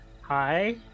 hi